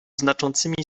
znaczącymi